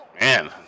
Man